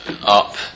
up